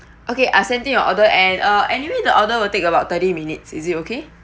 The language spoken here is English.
okay I send in your order and uh anyway the order will take about thirty minutes is it okay